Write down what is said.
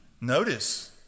Notice